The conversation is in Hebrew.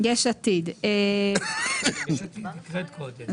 מי נמנע?